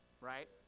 right